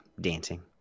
dancing